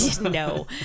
no